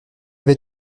vais